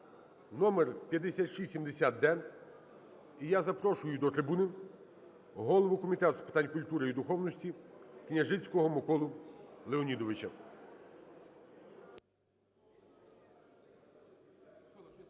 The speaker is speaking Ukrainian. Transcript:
(номер 5670-д). І я запрошую до трибуни голову Комітету з питань культури і духовності Княжицького Миколу Леонідовича.